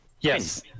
Yes